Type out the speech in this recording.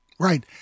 Right